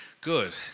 Good